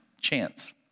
chance